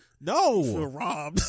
no